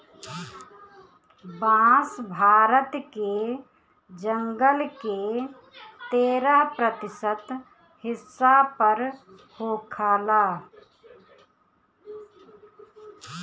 बांस भारत के जंगल के तेरह प्रतिशत हिस्सा पर होला